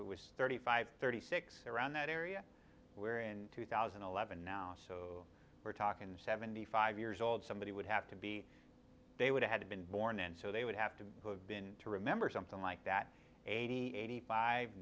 it was thirty five thirty six around that area where in two thousand and eleven now so we're talking seventy five years old somebody would have to be they would had been born and so they would have to have been to remember something like that eighty eighty five